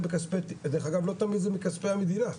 דרך-אגב לא תמיד זה מכספי המדינה,